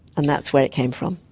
and that's where it came from.